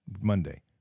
Monday